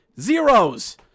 zeros